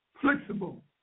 flexible